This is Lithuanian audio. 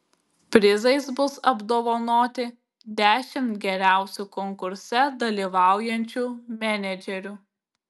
prizais bus apdovanoti dešimt geriausių konkurse dalyvaujančių menedžerių